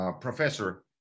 professor